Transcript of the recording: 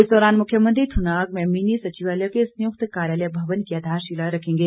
इस दौरान मुख्यमंत्री थुनाग में मिनी सचिवालय के संयुक्त कार्यालय भवन की आधारशिला रखेंगे